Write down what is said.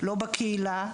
לא בקהילה,